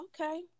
okay